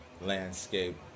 landscape